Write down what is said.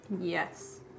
Yes